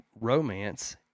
Romance